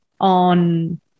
on